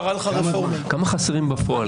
כמה חסרים בפועל?